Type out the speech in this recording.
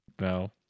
no